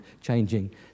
changing